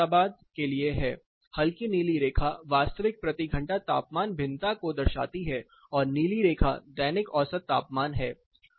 यह अहमदाबाद के लिए है हल्की नीली रेखा वास्तविक प्रति घंटा तापमान भिन्नता को दर्शा रही है और नीली रेखा दैनिक औसत तापमान है